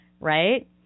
Right